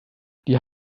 die